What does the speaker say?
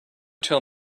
tell